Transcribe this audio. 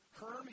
Herm